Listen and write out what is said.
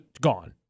gone